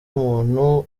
umuntu